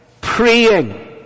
praying